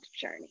journey